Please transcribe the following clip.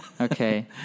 okay